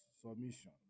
submission